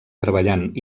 treballant